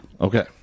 Okay